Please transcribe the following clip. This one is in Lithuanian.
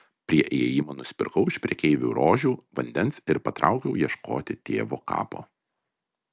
prie įėjimo nusipirkau iš prekeivio rožių vandens ir patraukiau ieškoti tėvo kapo